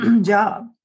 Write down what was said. job